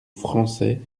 français